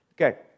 Okay